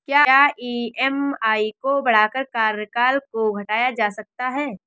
क्या ई.एम.आई को बढ़ाकर कार्यकाल को घटाया जा सकता है?